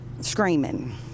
Screaming